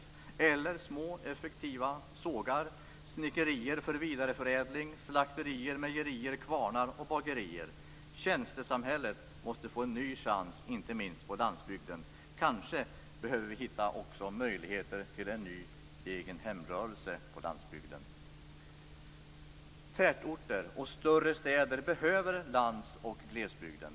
Det kan också handla om små, effektiva sågar, snickerier för vidareförädling, slakterier, mejerier, kvarnar och bagerier. Tjänstesamhället måste få en ny chans - inte minst på landsbygden. Kanske behöver vi också hitta möjligheter till en ny egnahemsrörelse på landsbygden. Tätorter och större städer behöver lands och glesbygden.